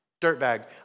dirtbag